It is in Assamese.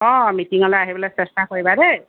অঁ মিটিঙলৈ আহিবলৈ চেষ্টা কৰিবা দেই